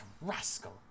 rascal